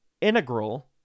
integral